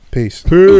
Peace